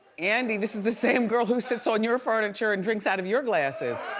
and this is the same girl who sits on your furniture and drinks out of your glasses.